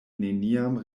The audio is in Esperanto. neniam